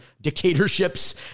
dictatorships